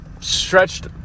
stretched